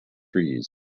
trees